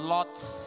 Lot's